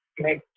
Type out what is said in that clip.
make